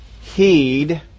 heed